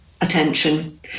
attention